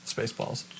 Spaceballs